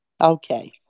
Okay